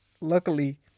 luckily